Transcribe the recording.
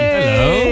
Hello